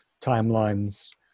timelines